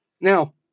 Now